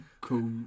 cool